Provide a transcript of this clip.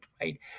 right